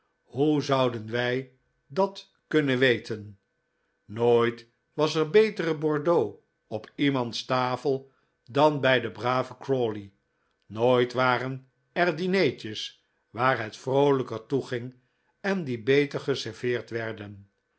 hoe zouden wij dat kunnen weten nooit was er betere bordeaux op iemands tafel dan bij den braven crawley nooit waren er dineetjes waar het vroolijker toeging en die beter geserveerd werden